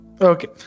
Okay